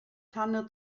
tanne